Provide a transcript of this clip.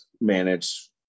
manage